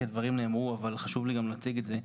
כי הדברים נאמרו אבל חשוב לי להציג את זה.